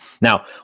Now